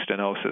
stenosis